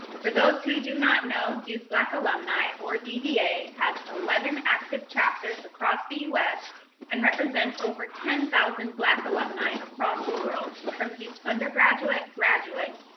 for those who do not know, duke black alumni or dba has eleven active chapters across the us and represents over ten thousand black alumni across the world from duke's undergraduate, graduate,